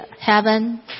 heaven